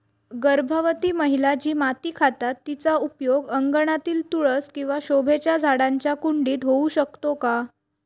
गर्भवती महिला जी माती खातात तिचा उपयोग अंगणातील तुळस किंवा शोभेच्या झाडांच्या कुंडीत होऊ शकतो का?